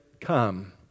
come